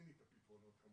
אין לי את הפתרונות כמובן.